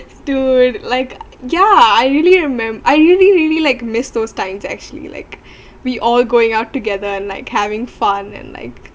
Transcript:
dude like yeah I really remem~ I really really like missed those times actually like we all going out together and like having fun and like